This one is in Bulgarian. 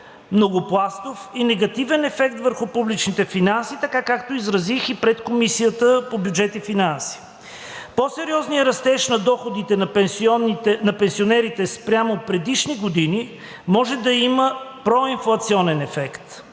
многопластов и негативен ефект върху публичните финанси – така както изразих и пред Комисията по бюджет и финанси. По-сериозният растеж на доходите на пенсионерите спрямо предишни години може да има проинфлационен ефект,